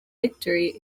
victory